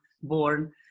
born